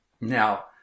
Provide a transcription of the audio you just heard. Now